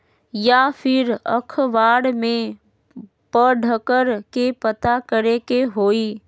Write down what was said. या फिर अखबार में पढ़कर के पता करे के होई?